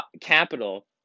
capital